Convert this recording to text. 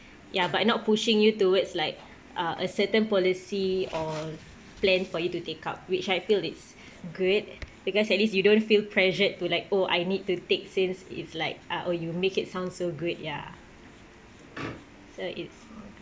ya but not pushing you towards like uh a certain policy or plan for you to take up which I feel it's good because at least you don't feel pressured to like oh I need to take since it's like ah oh you make it sounds so good ya so it's alright